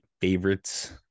favorites